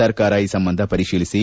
ಸರ್ಕಾರ ಈ ಸಂಬಂಧ ಪರಿಶೀಲಿಒ